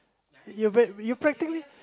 you prac~ you practically